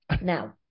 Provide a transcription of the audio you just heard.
Now